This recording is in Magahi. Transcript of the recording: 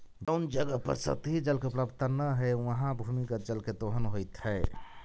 जउन जगह पर सतही जल के उपलब्धता न हई, उहाँ भूमिगत जल के दोहन होइत हई